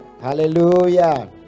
Hallelujah